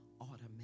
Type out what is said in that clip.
automatic